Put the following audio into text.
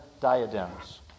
diadems